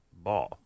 Ball